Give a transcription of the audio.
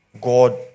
God